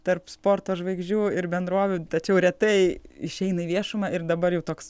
tarp sporto žvaigždžių ir bendrovių tačiau retai išeina į viešumą ir dabar jau toks